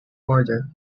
border